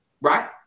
right